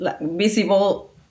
Visible